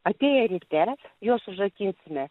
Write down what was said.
atėję ryte juos užrakinsime